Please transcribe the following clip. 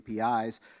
APIs